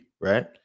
right